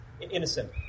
innocent